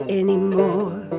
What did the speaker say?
anymore